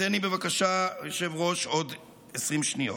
תן לי, בבקשה, היושב-ראש, עוד 20 שניות.